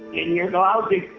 in your go how big